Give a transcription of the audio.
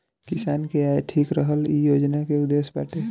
किसान के आय के ठीक रखल इ योजना के उद्देश्य बाटे